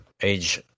age